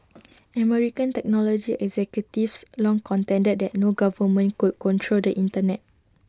American technology executives long contended that no government could control the Internet